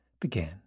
began